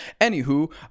Anywho